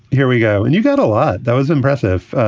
here we go. and you've got a lot that was impressive.